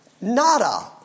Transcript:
nada